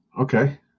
okay